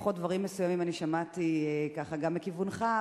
לפחות דברים מסוימים אני שמעתי גם מכיוונך,